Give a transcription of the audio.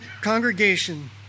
congregation